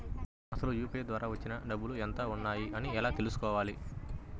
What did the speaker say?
అసలు యూ.పీ.ఐ ద్వార వచ్చిన డబ్బులు ఎంత వున్నాయి అని ఎలా తెలుసుకోవాలి?